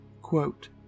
quote